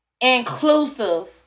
inclusive